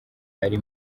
ari